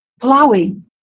Plowing